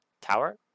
Tower